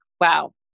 wow